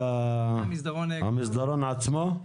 זה המסדרון עצמו?